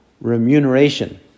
remuneration